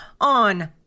on